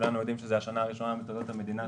כולנו יודעים שזאת השנה הראשונה בתולדות המדינה,